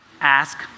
ask